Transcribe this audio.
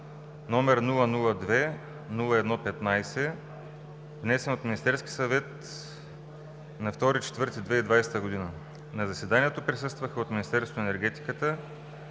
№ 002-01-15, внесен от Министерския съвет на 2 април 2020 г. На заседанието присъстваха от Министерството на енергетика: